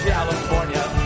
California